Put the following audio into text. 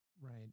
Right